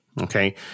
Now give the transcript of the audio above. Okay